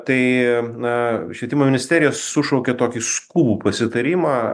tai na švietimo ministerija sušaukė tokį skubų pasitarimą